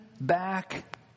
back